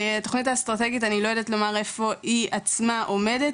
התוכנית האסטרטגית אני לא יודעת לומר איפה היא עצמה עומדת,